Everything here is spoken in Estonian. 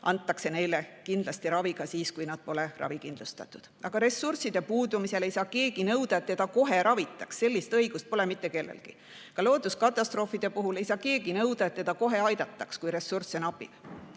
antakse neile kindlasti ravi ka siis, kui nad pole ravikindlustatud. Aga ressursside puudumisel ei saa keegi nõuda, et teda kohe ravitaks. Sellist õigust pole mitte kellelgi. Ka looduskatastroofide puhul ei saa keegi nõuda, et teda kohe aidataks, kui ressursse napib.